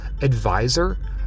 advisor